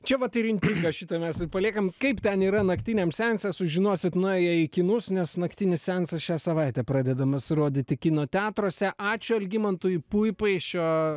čia vat ir intriga šitą mes ir paliekam kaip ten yra naktiniam sense sužinosit nuėję į kinus nes naktinis seansas šią savaitę pradedamas rodyti kino teatruose ačiū algimantui puipai šio